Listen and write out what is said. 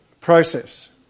process